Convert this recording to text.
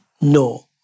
no